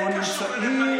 איך זה קשור לנתניהו?